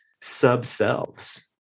sub-selves